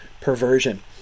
perversion